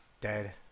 dead